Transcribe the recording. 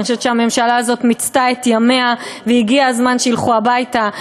אני חושבת שהממשלה הזאת מיצתה את ימיה והגיע הזמן שילכו הביתה,